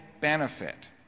benefit